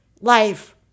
life